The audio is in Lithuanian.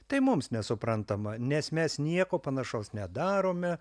tai mums nesuprantama nes mes nieko panašaus nedarome